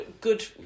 good